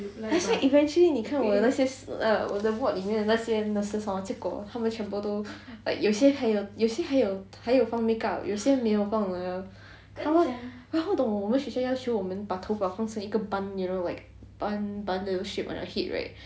that's why eventually 你看我的那些我的 ward 里面的那些 nurses hor 结果他们全部都 like 有些还有有些还有还有放 makeup 有些没有放 liao 然后懂 hor 我们学校要求我们把头发成一个 bun you know like bun bun those shape on your head right